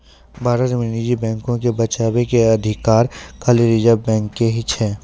भारत मे निजी बैको के बचाबै के अधिकार खाली रिजर्व बैंक के ही छै